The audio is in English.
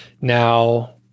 Now